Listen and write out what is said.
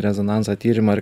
rezonanso tyrimą ar